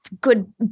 Good